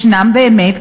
ישנם באמת,